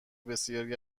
بسیاری